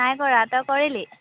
নাই কৰা তই কৰিলি